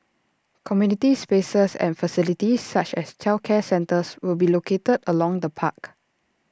community spaces and facilities such as childcare centres will be located along the park